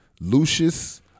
Lucius